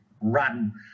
run